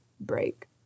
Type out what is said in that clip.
break